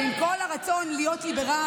עם כל הכבוד ועם כל הרצון להיות ליברל,